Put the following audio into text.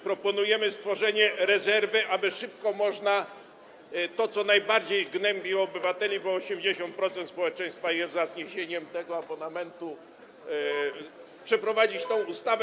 Proponujemy stworzenie rezerwy, aby szybko można było zrobić to, co najbardziej gnębi obywateli, bo 80% społeczeństwa jest za zniesieniem tego abonamentu, czyli przeprowadzić tę ustawę.